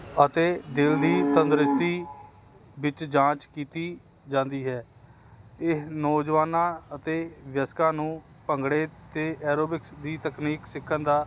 ਅਤੇ ਦਿਲ ਦੀ ਤੰਦਰੁਸਤੀ ਵਿੱਚ ਜਾਂਚ ਕੀਤੀ ਜਾਂਦੀ ਹੈ ਇਹ ਨੌਜਵਾਨਾਂ ਅਤੇ ਵਿਅਸਕਾਂ ਨੂੰ ਭੰਗੜੇ ਅਤੇ ਐਰੋਬਿਕਸ ਦੀ ਤਕਨੀਕ ਸਿੱਖਣ ਦਾ